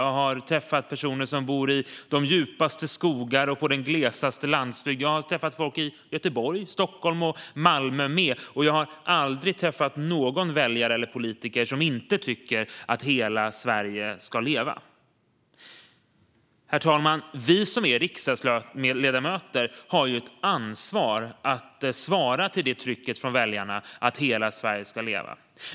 Jag har träffat personer som bor i de djupaste skogar och på den glesaste landsbygd. Jag har också träffat folk i Göteborg, Stockholm och Malmö. Jag har aldrig träffat någon väljare eller politiker som inte tycker att hela Sverige ska leva. Herr ålderspresident! Vi som är riksdagsledamöter har ett ansvar att svara på detta tryck från väljarna på att hela Sverige ska leva.